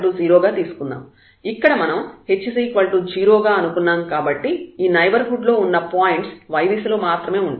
ఇక్కడ మనం h 0 గా అనుకున్నాం కాబట్టి ఈ నైబర్హుడ్ లో ఉన్న పాయింట్స్ y దిశలో మాత్రమే ఉంటాయి